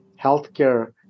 Healthcare